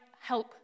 help